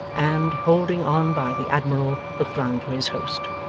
and, holding on by the admiral, looked round for his host.